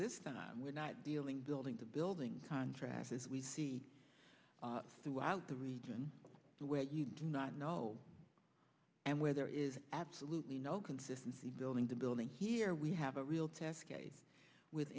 this time we're not dealing building to building contrasts as we see throughout the region where you do not know and where there is absolutely no consistency building to building here we have a real test case with